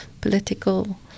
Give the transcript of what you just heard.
political